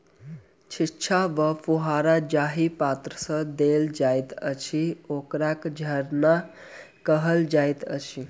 छिच्चा वा फुहार जाहि पात्र सँ देल जाइत अछि, ओकरा झरना कहल जाइत अछि